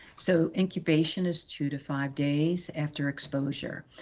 so incubation is two to five days after exposure.